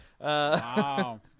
Wow